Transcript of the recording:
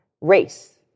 Race